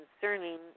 concerning